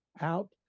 out